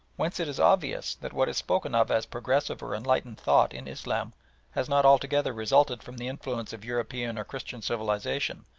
whence it is obvious that what is spoken of as progressive or enlightened thought in islam has not altogether resulted from the influence of european or christian civilisation,